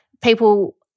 people